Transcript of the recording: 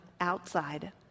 outside